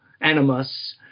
animus